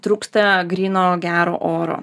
trūksta gryno gero oro